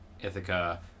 Ithaca